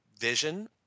vision